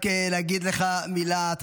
רק להגיד לך מילה.